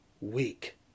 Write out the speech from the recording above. weak